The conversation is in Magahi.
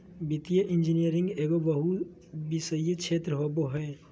वित्तीय इंजीनियरिंग एगो बहुविषयी क्षेत्र होबो हइ